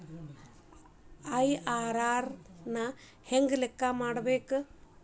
IRR ನ ಹೆಂಗ ಲೆಕ್ಕ ಮಾಡಬೇಕ?